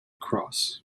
cross